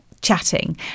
chatting